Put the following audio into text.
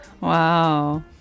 Wow